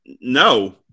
No